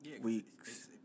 weeks